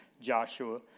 Joshua